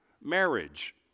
marriage